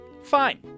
Fine